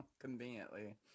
Conveniently